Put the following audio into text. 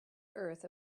earth